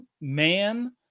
man